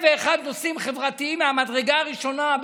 ואחד נושאים חברתיים מהמדרגה הראשונה,